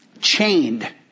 Chained